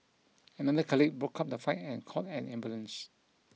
another colleague broke up the fight and called an ambulance